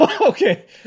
okay